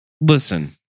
Listen